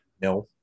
No